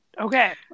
Okay